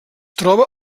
troba